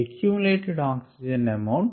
accumulated oxygen amount